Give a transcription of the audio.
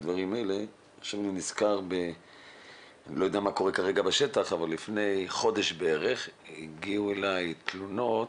אני לא יודע מה קורה כרגע בשטח אבל לפני בערך חודש הגיעו אלי תלונות